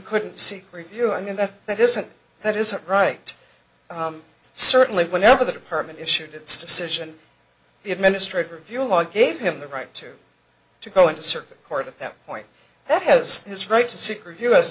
couldn't see review i mean that that isn't that isn't right certainly whenever the department issued its decision the administrative review law gave him the right to to go into circuit court at that point that has his right to seek review has